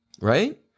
Right